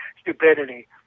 stupidity